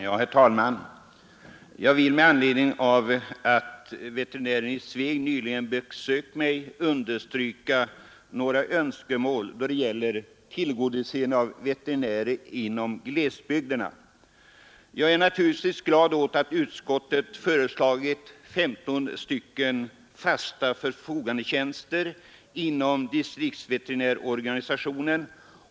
Herr talman! Jag vill med anledning av att veterinären i Sveg nyligen besökt mig understryka några önskemål då det gäller tillgodoseende av behovet av veterinärer inom glesbygderna. Jag är naturligtvis glad åt att utskottet föreslagit 15 fasta förfogandetjänster inom distriktsveterinärorganisationen.